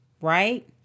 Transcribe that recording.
Right